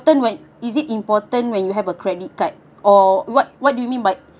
when is it important when you have a credit card or what what do you mean by